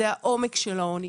זה העומק של העוני.